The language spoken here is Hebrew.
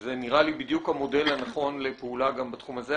זה נראה לי בדיוק המודל הנכון לפעולה גם בתחום הזה,